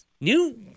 new